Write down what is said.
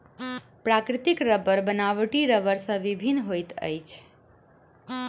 प्राकृतिक रबड़ बनावटी रबड़ सॅ भिन्न होइत अछि